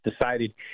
decided